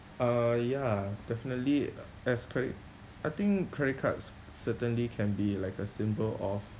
uh ya definitely as credit I think credit cards certainly can be like a symbol of